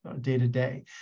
day-to-day